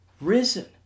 risen